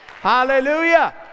Hallelujah